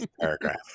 paragraph